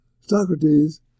Socrates